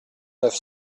neuf